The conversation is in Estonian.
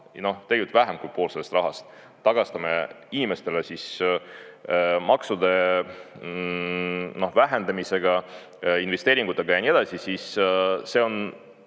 tegelikult vähem kui pool sellest rahast tagastame inimestele maksude vähendamisega, investeeringutega ja nii edasi, siis see on